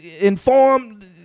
Informed